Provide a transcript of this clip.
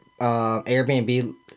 Airbnb